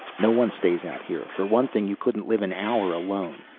no one stays out here. for one thing you couldn't live an hour alone.